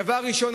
דבר ראשון,